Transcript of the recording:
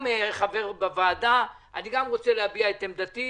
גם אני חבר בוועדה ואני רוצה להביע את דעתי.